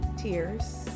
Tears